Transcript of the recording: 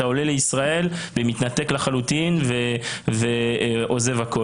אתה עולה לישראל ומתנתק לחלוטין ועוזב הכול,